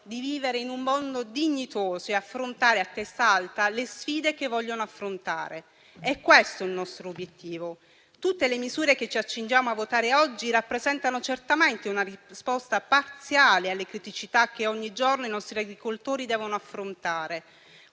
grazie a tutto